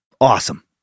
Awesome